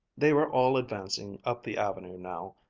they were all advancing up the avenue now,